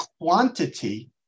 quantity